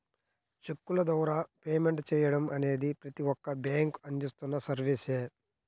చెక్కుల ద్వారా పేమెంట్ చెయ్యడం అనేది ప్రతి ఒక్క బ్యేంకూ అందిస్తున్న సర్వీసే